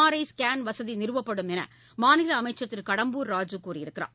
RI scan வசதிநிறுவப்படும் என்றுமாநிலஅமைச்சர் திரு கடம்பூர் ராஜு கூறியிருக்கிறார்